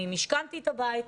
אני משכנתי את הבית,